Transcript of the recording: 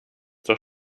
zur